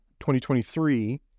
2023